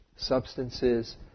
substances